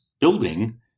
building